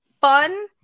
fun